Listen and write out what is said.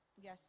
Yes